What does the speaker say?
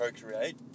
procreate